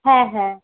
হ্যাঁ হ্যাঁ